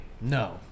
no